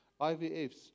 IVFs